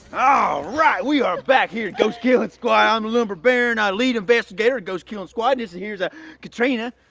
ah alright, we are back here. ghost killin' squad, i'm the lumber baron. ah lead investigator ghost killin' squad. this and here is ah katrina.